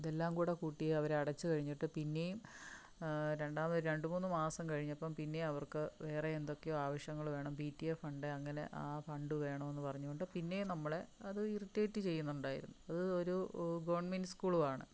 ഇതെല്ലാം കൂടെ കൂട്ടി അവര് അടച്ച് കഴിഞ്ഞിട്ട് പിന്നെയം രണ്ടാമ രണ്ട് മൂന്ന് മാസം കഴിഞ്ഞപ്പം പിന്നേം അവർക്ക് വേറെ എന്തൊക്കെയോ ആവശ്യങ്ങള് വേണം പി ടി എ ഫണ്ട് അങ്ങനെ ആ ഫണ്ട് വേണോന്ന് പറഞ്ഞ കൊണ്ട് പിന്നെയം നമ്മളെ അത് ഇറിറ്റേറ്റ് ചെയ്യുന്നുണ്ടായിരുന്നു അത് ഒരു ഗെവൺമെൻറ് സ്കൂളുവാണ്